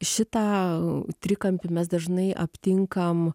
šitą trikampį mes dažnai aptinkam